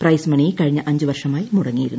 price money കഴിഞ്ഞ അഞ്ചുവർഷമായി മുടങ്ങിയിരുന്നു